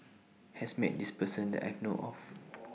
has Met This Person that I know of